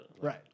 Right